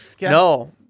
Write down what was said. No